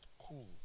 cool